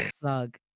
slug